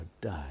die